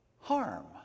harm